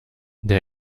der